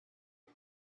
him